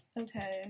Okay